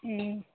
ও